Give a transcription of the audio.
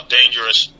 dangerous